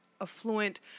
affluent